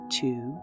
two